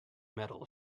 metal